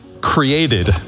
created